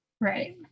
Right